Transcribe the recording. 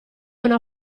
una